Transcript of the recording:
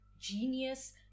genius